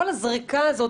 כל הזריקה הזאת,